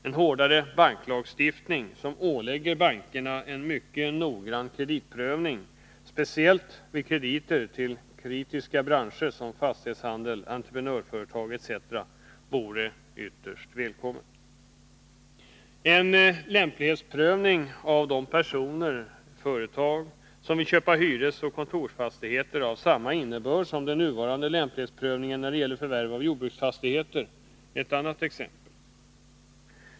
En hårdare banklagstiftning, som ålägger bankerna en mycket noggrann kreditprövning speciellt vid krediter till kritiska branscher som fastighetshandel, entreprenörföretag etc., vore ytterst välkommen. En lämplighetsprövning av de personer/företag som vill köpa hyresoch kontorsfastigheter av samma innebörd som den nuvarande lämplighetsprövningen när det gäller förvärv av jordbruksfastigheter är ett annat exempel.